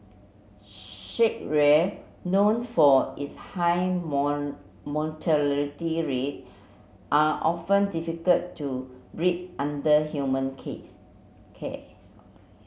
shark ray known for its high mortality rate are often difficult to breed under human case cares